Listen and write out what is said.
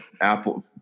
Apple